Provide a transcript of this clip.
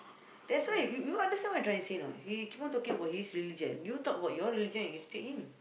that's why you you understand what I'm trying to say or not you keep on talking about his religion did you talk about your religion when you stead him